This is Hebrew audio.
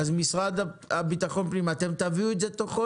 המשרד לביטחון פנים, תביאו את זה בתוך חודש?